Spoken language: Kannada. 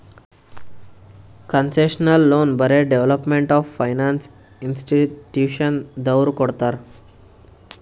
ಕನ್ಸೆಷನಲ್ ಲೋನ್ ಬರೇ ಡೆವೆಲಪ್ಮೆಂಟ್ ಆಫ್ ಫೈನಾನ್ಸ್ ಇನ್ಸ್ಟಿಟ್ಯೂಷನದವ್ರು ಕೊಡ್ತಾರ್